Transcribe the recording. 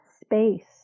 space